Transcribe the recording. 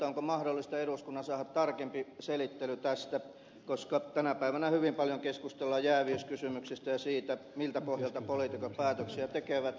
onko mahdollista eduskunnan saada tarkempi selittely tästä koska tänä päivänä hyvin paljon keskustellaan jääviyskysymyksistä ja siitä miltä pohjalta poliitikot päätöksiä tekevät